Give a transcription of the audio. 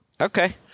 Okay